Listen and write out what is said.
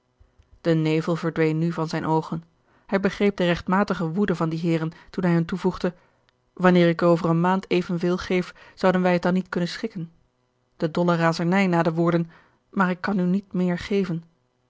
de nevel verdween nu van zijne oogen hij begreep de regtmatige woede van die heeren toen hij hun toevoegde wanneer ik u over eene maand evenveel geef zouden wij het dan niet kunnen schikken de dolle razernij na de woorden maar ik kan u niet meer geven